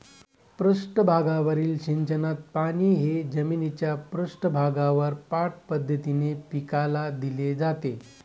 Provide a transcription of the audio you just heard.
पृष्ठभागावरील सिंचनात पाणी हे जमिनीच्या पृष्ठभागावर पाठ पद्धतीने पिकाला दिले जाते